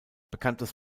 bekanntes